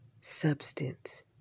substance